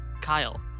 Kyle